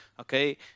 Okay